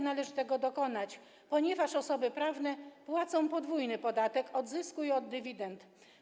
Należy tego dokonać, ponieważ osoby prawne płacą podwójny podatek od zysku i od dywidend.